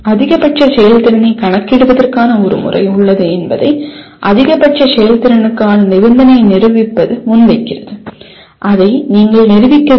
அதிகபட்ச செயல்திறனைக் கணக்கிடுவதற்கான ஒரு முறை உள்ளது என்பதை அதிகபட்ச செயல்திறனுக்கான நிபந்தனையை நிரூபிப்பது முன்வைக்கிறது அதை நீங்கள் நிரூபிக்க வேண்டும்